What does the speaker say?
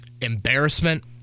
embarrassment